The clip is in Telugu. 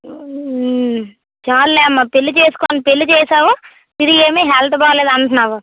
చాల్లే అమ్మా పెళ్ళి చేసుకొని పెళ్ళి చేసావు తిరిగి ఏమి హెల్త్ బాగోలేదు అంటున్నావు